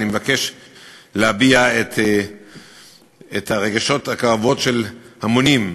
אני מבקש להביע את הרגשות הכואבים של המונים,